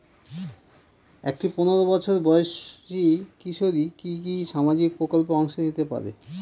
একটি পোনেরো বছর বয়সি কিশোরী কি কি সামাজিক প্রকল্পে অংশ নিতে পারে?